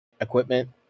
equipment